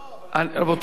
רבותי,